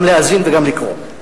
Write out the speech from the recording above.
גם להאזין וגם לקרוא.